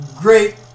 great